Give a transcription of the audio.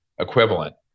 equivalent